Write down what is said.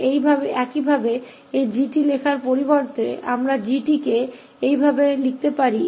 इसलिए इस 𝑔𝑡 को इस तरह लिखने के बजाय हम इसे भी लिख सकते हैं